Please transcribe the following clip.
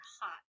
hot